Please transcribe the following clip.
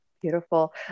Beautiful